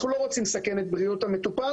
אנחנו לא רוצים לסכן את בריאות המטופל,